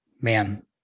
Man